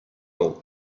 all